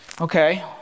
okay